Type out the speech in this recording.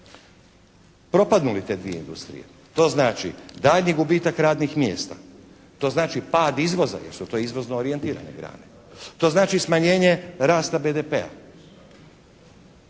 Propadnu li te dvije industrije to znači daljnji gubitak radnih mjesta. To znači pad izvoza jer su to izvozno orijentirane grane. To znači smanjenje rasta BDP-a.